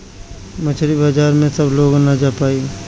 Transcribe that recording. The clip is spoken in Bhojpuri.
मछरी बाजार में सब लोग ना जा पाई